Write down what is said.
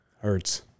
Hurts